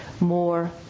more